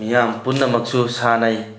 ꯃꯤꯌꯥꯝ ꯄꯨꯟꯅꯃꯛꯁꯨ ꯁꯥꯟꯅꯩ